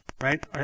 right